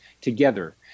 together